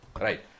Right